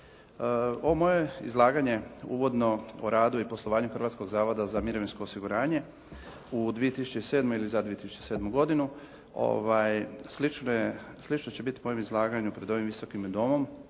Ovo moje izlaganje uvodno o radu i poslovanju Hrvatskog zavoda za mirovinsko osiguranje u 2007. ili za 2007. godinu slično će biti mojem izlaganju pred ovim Visokim domom